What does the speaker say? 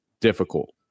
difficult